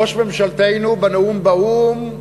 ראש ממשלתנו בנאום באו"ם,